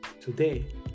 Today